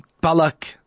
Balak